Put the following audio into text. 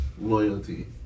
loyalty